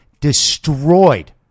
destroyed